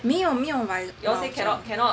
没有没有买 voucher